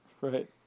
Right